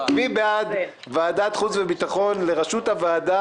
מי בעד חבר הכנסת גבי אשכנזי לראשות ועדת החוץ והביטחון?